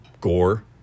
gore